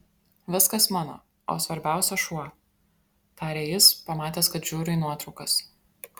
viskas mano o svarbiausia šuo tarė jis pamatęs kad žiūriu į nuotraukas